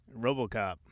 RoboCop